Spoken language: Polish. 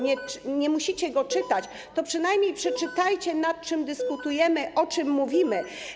nie musicie go czytać, to przynajmniej przeczytajcie, nad czym dyskutujemy, o czym mówimy.